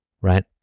right